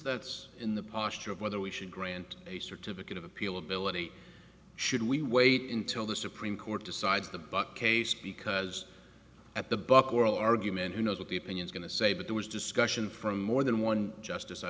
that's in the pashto of whether we should grant a certificate of appeal ability should we wait until the supreme court decides the book case because at the book oral argument you know that the opinions going to say that there was discussion for more than one justice i